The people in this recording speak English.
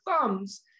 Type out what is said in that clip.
thumbs